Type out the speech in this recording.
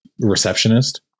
receptionist